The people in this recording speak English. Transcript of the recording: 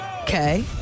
Okay